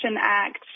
Act